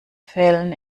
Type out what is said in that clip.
fällen